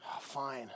fine